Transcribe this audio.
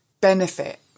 benefit